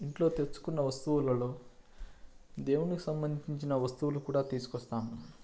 ఇంట్లో తెచ్చుకున్న వస్తువులలో దేవుని సంబంధించిన వస్తువులు కూడా తీసుకొస్తాము